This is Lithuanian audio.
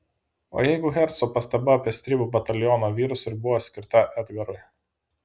o jeigu herco pastaba apie stribų bataliono vyrus ir buvo skirta edgarui